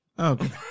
Okay